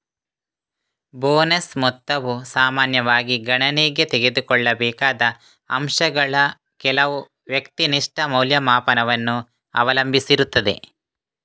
bonus ಮೊತ್ತವು ಸಾಮಾನ್ಯವಾಗಿ ಗಣನೆಗೆ ತೆಗೆದುಕೊಳ್ಳಬೇಕಾದ ಅಂಶಗಳ ಕೆಲವು ವ್ಯಕ್ತಿನಿಷ್ಠ ಮೌಲ್ಯಮಾಪನವನ್ನು ಅವಲಂಬಿಸಿರುತ್ತದೆ